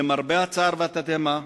למרבה הצער והתדהמה,